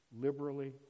Liberally